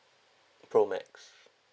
pro max